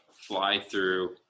fly-through